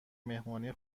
مهمانی